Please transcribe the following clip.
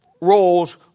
roles